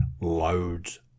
loads